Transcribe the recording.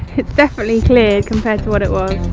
it's definitely clear compared to what it was.